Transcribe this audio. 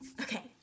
Okay